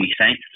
Saints